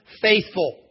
faithful